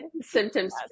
symptoms